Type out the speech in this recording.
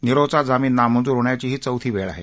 नीरवचा जामीन नामंजूर होण्याची ही चौथी वेळ आहे